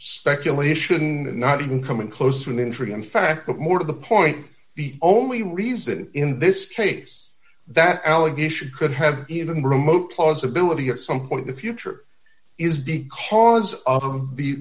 speculation not even coming close to an interesting fact but more to the point the only reason in this case that allegation could have even remote possibility at some point the future is because of the